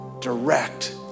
direct